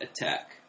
attack